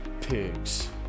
pigs